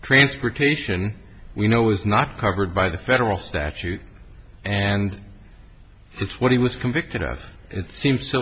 transportation we know was not covered by the federal statute and that's what he was convicted of it seems